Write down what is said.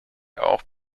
auch